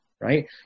right